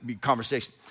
conversation